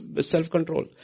self-control